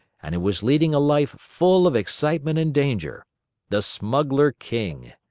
and who was leading a life full of excitement and danger the smuggler king!